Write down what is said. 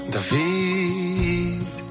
David